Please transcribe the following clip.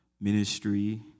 ministry